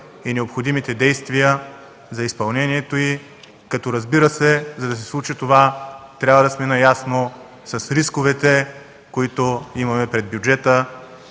и необходимите действия за изпълнението й. Разбира се, за да се случи това, трябва да сме наясно с рисковете, които имаме пред бюджета,